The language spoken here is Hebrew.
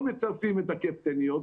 לא מצרפים את הקפטניות,